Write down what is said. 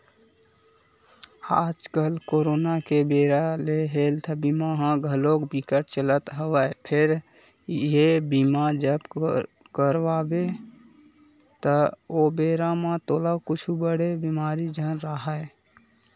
आजकल करोना के बेरा ले हेल्थ बीमा ह घलोक बिकट चलत हवय फेर ये बीमा जब करवाबे त ओ बेरा म तोला कुछु बड़े बेमारी झन राहय